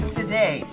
today